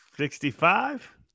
Sixty-five